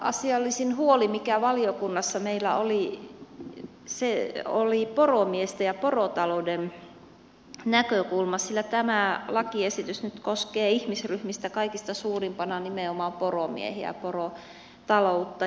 pääasiallisin huoli mikä valiokunnassa meillä oli oli poromiesten ja porotalouden näkökulma sillä tämä lakiesitys nyt koskee ihmisryhmistä kaikista suurimpana nimenomaan poromiehiä porotaloutta